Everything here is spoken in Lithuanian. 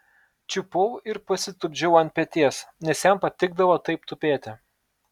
čiupau ir pasitupdžiau ant peties nes jam patikdavo taip tupėti